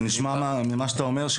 ממה שאתה אומר,